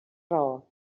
raó